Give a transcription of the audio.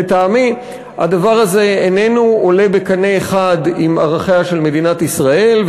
לטעמי הדבר הזה איננו עולה בקנה אחד עם ערכיה של מדינת ישראל,